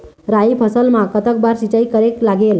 राई फसल मा कतक बार सिचाई करेक लागेल?